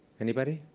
anybody?